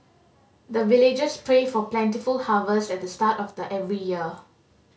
the villagers pray for plentiful harvest at the start of the every year